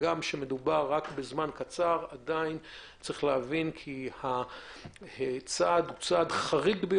הגם שמדובר בזמן קצר יש להבין שמדובר בצעד חריג,